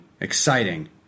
exciting